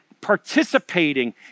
participating